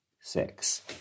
six